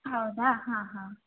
ಹೌದಾ ಹಾಂ ಹಾಂ